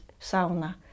sauna